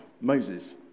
Moses